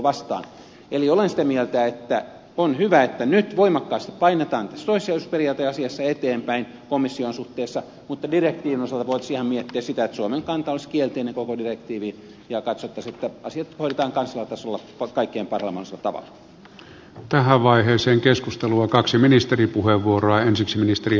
eli olen sitä mieltä että on hyvä että nyt voimakkaasti painetaan tässä toissijaisuusperiaateasiassa eteenpäin komission suhteessa mutta direktiivin osalta voitaisiin ihan miettiä sitä että suomen kanta olisi kielteinen koko direktiiviin ja katsottaisiin että asiat hoidetaan kansallisella tasolla kaikkein parhaalla mahdollisella tavalla